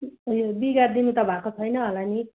उयो बिगारी दिनु त भएको छैन होला नि